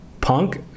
Punk